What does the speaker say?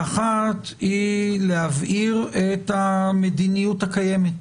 האחת היא להבהיר את המדיניות הקיימת,